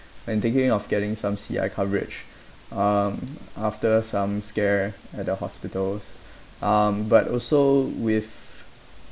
I'm thinking of getting some C_I coverage um after some scare at the hospitals um but also with